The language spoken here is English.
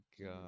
god